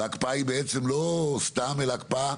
וההקפאה היא בעצם לא סתם, אלא הקפאה